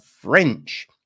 French